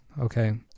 okay